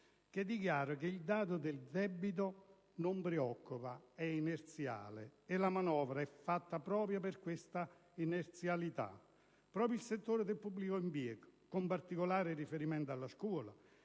che dichiara che il dato sul debito «non preoccupa, è inerziale. E la manovra è fatta proprio per questa inerzialità». Proprio il settore del pubblico impiego, con particolare riferimento alla scuola,